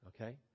Okay